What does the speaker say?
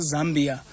Zambia